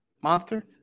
Monster